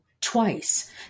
twice